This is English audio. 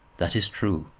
that is true.